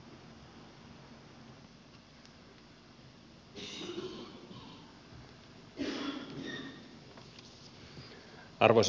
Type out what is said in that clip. arvoisa puhemies